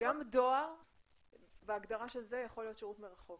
בהגדרה של זה גם דואר יכול להיות שירות מרחוק.